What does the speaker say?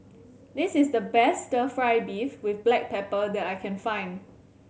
this is the best Stir Fry beef with black pepper that I can find